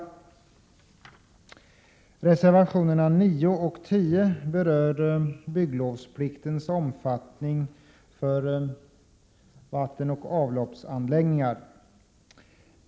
I reservationerna 9 och 10 berörs bygglovspliktens omfattning för vattenoch avloppsanläggningar.